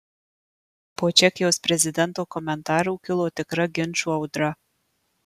po čekijos prezidento komentarų kilo tikra ginčų audra